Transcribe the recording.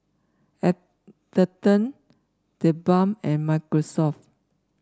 Atherton TheBalm and Microsoft